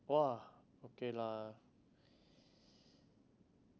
!wah! okay lah